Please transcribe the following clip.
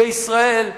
בישראל,